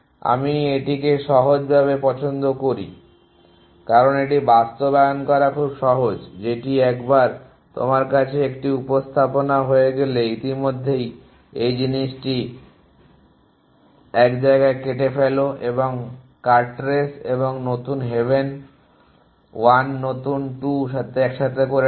আমরা এটিকে সহজভাবে পছন্দ করি কারণ এটি বাস্তবায়ন করা খুব সহজ যেটি একবার তোমার কাছে একটি উপস্থাপনা হয়ে গেলে ইতিমধ্যেই এই জিনিসটি 1 জায়গায় কেটে ফেলো এবং কাট রেস এবং নতুন হেভেন 1 নতুন 2 একসাথে করে রাখো